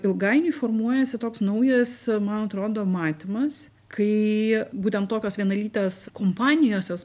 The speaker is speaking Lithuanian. ilgainiui formuojasi toks naujas man atrodo matymas kai būtent tokios vienalytės kompanijos jos